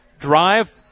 drive